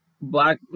black